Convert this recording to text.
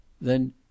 Then